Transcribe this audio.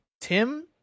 Tim